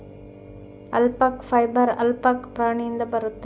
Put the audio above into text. alpaca fibre alpaca ಪ್ರಾಣಿಯಿಂದ ಬರುತ್ತೆ